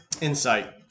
insight